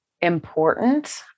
important